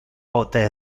pote